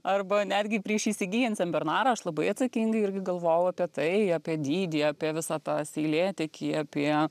arba netgi priš įsigyjant senbernarą aš labai atsakingai irgi galvoju apie tai apie dydį apie visą tą seilėtekį apie